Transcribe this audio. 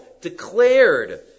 declared